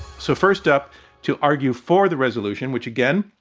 so, first up to argue for the resolution, which, again,